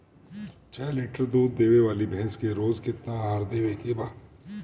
छह लीटर दूध देवे वाली भैंस के रोज केतना आहार देवे के बा?